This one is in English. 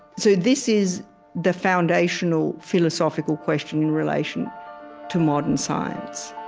so this is the foundational philosophical question in relation to modern science